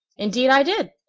indeed i did!